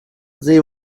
they